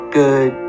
good